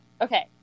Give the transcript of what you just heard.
Okay